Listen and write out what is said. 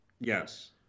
Yes